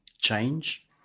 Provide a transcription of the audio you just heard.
change